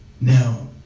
now